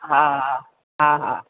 हा हा हा हा